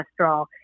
cholesterol